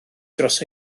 dros